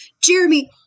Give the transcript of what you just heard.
Jeremy